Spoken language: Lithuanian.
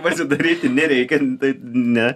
pasidaryti nereikia tai ne